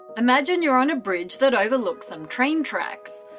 imagine you're on a bridge that overlooks some train tracks.